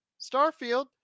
Starfield